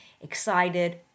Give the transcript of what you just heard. excited